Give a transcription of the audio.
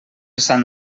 sant